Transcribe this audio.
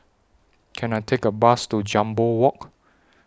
Can I Take A Bus to Jambol Walk